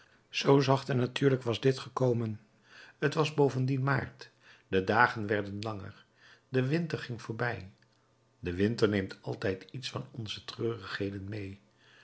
zoo zacht en natuurlijk was dit gekomen t was bovendien maart de dagen werden langer de winter ging voorbij de winter neemt altijd iets van onze treurigheden mede